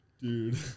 Dude